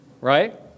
right